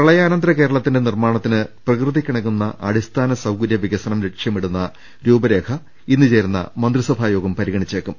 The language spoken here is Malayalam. പ്രളയാനന്തര കേരളത്തിന്റെ നിർമ്മാണത്തിന് പ്രകൃതിക്കിണ ങ്ങുന്ന അടിസ്ഥാന സൌകര്യം വികസനം ലക്ഷ്യമിടുന്ന രൂപരേഖ ഇന്ന് ചേരുന്ന മന്ത്രിസഭാ യോഗം പരിഗണിച്ചേക്കും